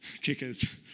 kickers